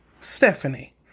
Stephanie